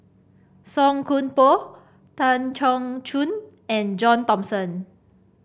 Song Koon Poh Tan Choon and John Thomson